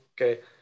Okay